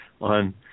on